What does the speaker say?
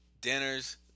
dinners